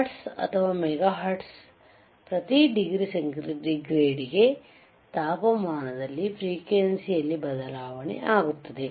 hertz ಅಥವಾ mega hertz ಪ್ರತಿ degree centigrade ತಾಪಮಾನದಲ್ಲಿ ಫ್ರೀಕ್ವೆಂಸಿ ಯಲ್ಲಿ ಬದಲಾವಣೆ ಆಗುತ್ತದೆ